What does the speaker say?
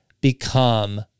become